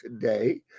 today